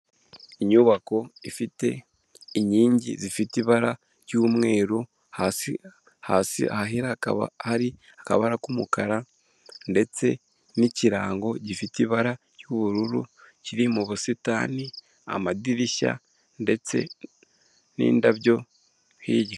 Inyubako ifite inkingi zifite ibara ry'umweru hasi, hasi hahera akaba hari akabara k'umukara ndetse n'ikirango gifite ibara ry'ubururu kiri mu busitani, amadirishya ndetse n'indabyo hirya.